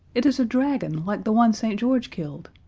it is a dragon like the one st. george killed.